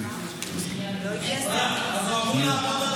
אז הוא אמור לעמוד על הבמה,